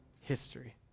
history